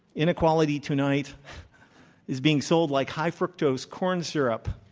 inequality tonight is being sold like high fructose corn syrup.